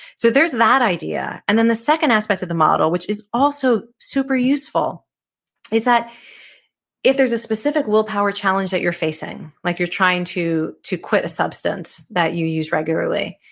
so there's that idea. and then the second aspect of the model which is also super useful is that if there's a specific willpower challenge that you're facing, like you're trying to to quit a substance that you use regularly,